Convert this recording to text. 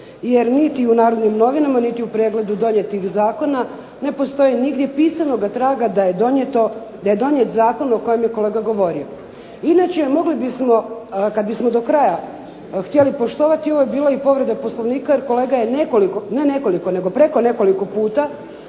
jer niti u "Narodnim novinama" niti u pregledu donijetih zakona ne postoji nigdje pisanoga traga da je donijet zakon o kojem je kolega govorio. Inače, mogli bi smo kad bismo do kraja htjeli poštovati ovo je bila i povreda Poslovnika jer kolega je nekoliko,